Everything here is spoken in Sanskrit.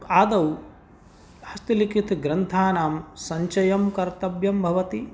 आदौ हस्तलिखितग्रन्थानां सञ्चयं कर्तव्यं भवति